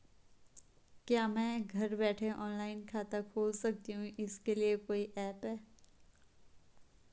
क्या मैं घर बैठे ऑनलाइन खाता खोल सकती हूँ इसके लिए कोई ऐप है?